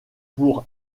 pour